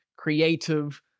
creative